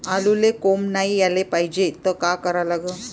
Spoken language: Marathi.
आलूले कोंब नाई याले पायजे त का करा लागन?